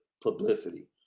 publicity